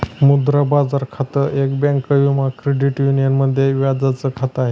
मुद्रा बाजार खातं, एक बँक किंवा क्रेडिट युनियन मध्ये व्याजाच खात आहे